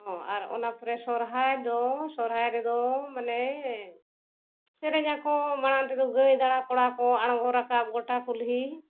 ᱚ ᱟᱨ ᱚᱱᱟ ᱯᱚᱨᱮ ᱥᱚᱦᱚᱨᱟᱭ ᱫᱚ ᱥᱚᱨᱦᱟᱭ ᱨᱮᱫᱚ ᱢᱟᱱᱮ ᱥᱮᱨᱮᱧ ᱟᱠᱚ ᱢᱟᱲᱟᱝ ᱛᱮᱫᱚ ᱜᱟᱹᱭ ᱫᱟᱬᱟ ᱠᱚᱲᱟ ᱠᱚ ᱟᱬᱜᱳ ᱨᱟᱠᱟᱵ ᱜᱚᱴᱟ ᱠᱩᱞᱦᱤ